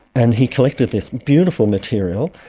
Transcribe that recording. and he collected this beautiful material.